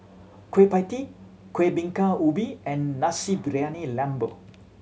Kueh Pie Tee Kueh Bingka Ubi and Nasi Briyani Lembu